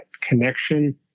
connection